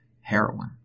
heroin